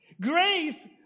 Grace